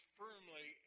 firmly